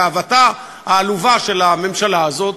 גאוותה העלובה של הממשלה הזאת,